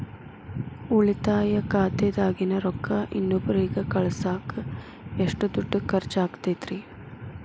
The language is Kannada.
ಉಳಿತಾಯ ಖಾತೆದಾಗಿನ ರೊಕ್ಕ ಇನ್ನೊಬ್ಬರಿಗ ಕಳಸಾಕ್ ಎಷ್ಟ ದುಡ್ಡು ಖರ್ಚ ಆಗ್ತೈತ್ರಿ?